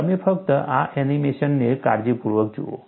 તમે ફક્ત આ એનિમેશનને કાળજીપૂર્વક જુઓ